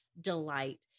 delight